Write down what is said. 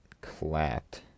clapped